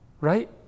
right